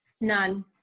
None